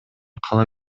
кала